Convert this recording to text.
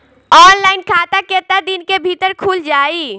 Online खाता केतना दिन के भीतर ख़ुल जाई?